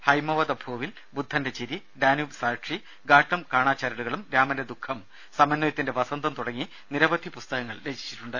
ഹൈമവത ഭൂവിൽ ബുദ്ധന്റെ ചിരി ഡാന്യുബ് സാക്ഷി ഗാട്ടും കാണാചരടുകളും രാമന്റെ ദുഖം സമന്വയത്തിന്റെ വസന്തം തുടങ്ങി നിരവധി പുസ്തകങ്ങൾ രചിച്ചിട്ടുണ്ട്